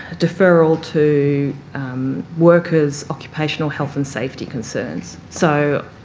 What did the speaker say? deferral to workers' occupational health and safety concerns. so